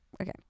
okay